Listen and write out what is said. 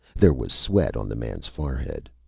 there was sweat on the man's forehead.